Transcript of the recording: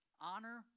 Honor